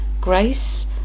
Grace